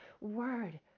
word